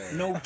no